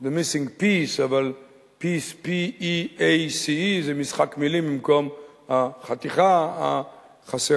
"The Missing Peace" זה משחק מלים: במקום "החתיכה החסרה",